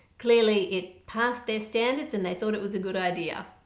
clearly it passed their standards and they thought it was a good idea.